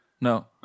No